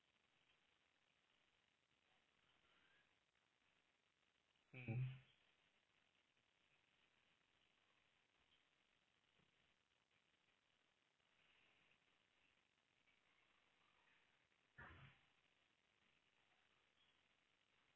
mmhmm